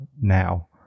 now